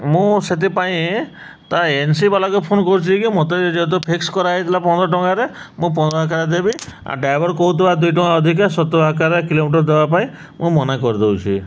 ମୁଁ ସେଥିପାଇଁ ତା ଏନ୍ସି ବାଲାକ ଫୋନ କରୁଛି କି ମୋତେ ଯେହେତୁ ଫିକ୍ସ କରାହେଇଥିଲା ପନ୍ଦର ଟଙ୍କାରେ ମୁଁ ପନ୍ଦର ଆକାର ଦେବି ଆଉ ଡ୍ରାଇଭର କହୁଥିବା ଦୁଇ ଟଙ୍କା ଅଧିକା ସତର ଆକାରରେ କିଲୋମିଟର ଦେବା ପାଇଁ ମୁଁ ମନା କରିଦଉଛି